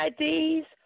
IDs